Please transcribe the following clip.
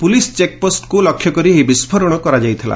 police ଚେକ୍ପୋଷ୍କୁ ଲକ୍ଷ୍ୟକରି ଏହି ବିସ୍କୋରଣ କରାଯାଇଥିଲା